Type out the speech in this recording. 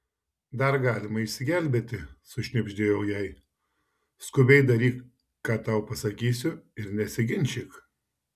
dar galima išsigelbėti sušnibždėjau jai skubiai daryk ką tau pasakysiu ir nesiginčyk